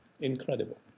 Incredible